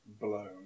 blown